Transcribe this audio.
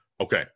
Okay